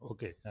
Okay